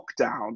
lockdown